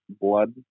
blood